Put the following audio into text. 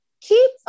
Keep